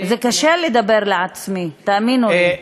זה קשה לדבר לעצמי, תאמינו לי.